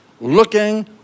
Looking